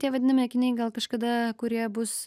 tie vadinami akiniai gal kažkada kurie bus